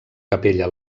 capella